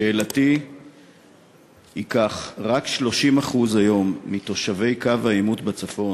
שאלתי היא כך: היום רק 30% מתושבי קו העימות בצפון,